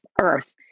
earth